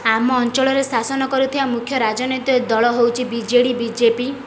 ଆମ ଅଞ୍ଚଳରେ ଶାସନ କରୁଥିବା ମୁଖ୍ୟ ରାଜନୈତିକ ଦଳ ହେଉଛି ବିଜେଡ଼ି ବିଜେପି